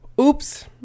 Oops